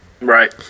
Right